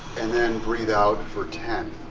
and then breathe out for ten.